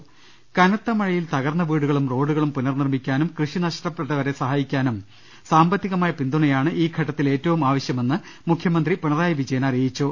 ൾ കനത്ത മഴയിൽ തകർന്ന വീടുകളും റോഡുകളും പുനർനിർമ്മി ക്കാനും കൃഷി നഷ്ടപ്പെട്ടവരെ സഹായിക്കാനും സാമ്പത്തികമായ പിന്തുണയാണ് ഈ ഘട്ടത്തിൽ ഏറ്റവും ആവശ്യമെന്ന് മുഖ്യമന്ത്രി പിണറായി വിജയൻ അറിയിച്ചു